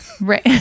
Right